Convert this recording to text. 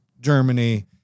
Germany